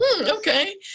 okay